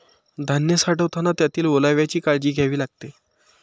धान्य साठवताना त्यातील ओलाव्याची काळजी घ्यावी लागते